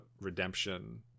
redemption